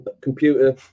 computer